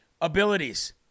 abilities